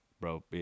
Bro